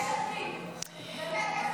--- יש עתיד.